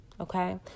Okay